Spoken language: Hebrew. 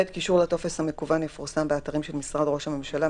(ב) קישור לטופס המקוון יפורסם באתרים של משרד ראש הממשלה,